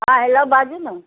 हँ हेलो बाजू ने